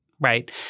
right